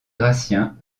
gratien